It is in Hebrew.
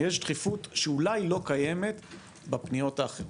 יש דחיפות שאולי לא קיימת בפניות האחרות.